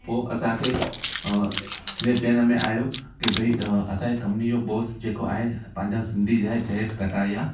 पोइ असांखे इहे चएण में आयो के भई असांजे कंपनी जो बॉस जेको आहे पंहिंजो सिंधी जा जयेश कटारिया